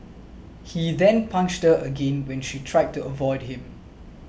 he then punched her again when she tried to avoid him